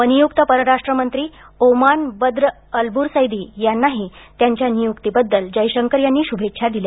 नवनियुक्त परराष्ट्रमंत्री Oman Badr Albusaidi यांनाही त्यांच्या नियुक्तीबद्दल जयशंकर यांनी शुभेच्छा दिल्या